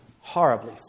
horribly